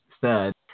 third